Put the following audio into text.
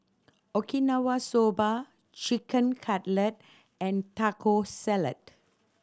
Okinawa Soba Chicken Cutlet and Taco Salad